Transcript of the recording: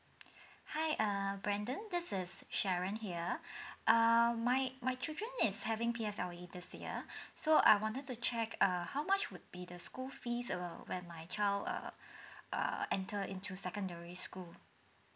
hi err brandon that is sharon here err my my children is having P_S_L_E this year so I wanted to check err how much would be the school fees err when my child err err enter into secondary school